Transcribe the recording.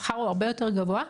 השכר הוא הרבה יותר גבוה,